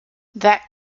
that